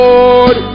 Lord